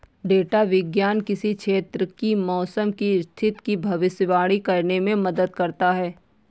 data विज्ञान किसी क्षेत्र की मौसम की स्थिति की भविष्यवाणी करने में मदद करता है